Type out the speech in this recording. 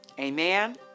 Amen